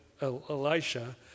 Elisha